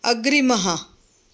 अग्रिमः